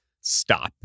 stop